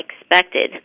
expected